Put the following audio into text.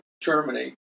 Germany